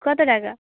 কত টাকা